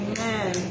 Amen